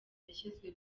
yashyizwe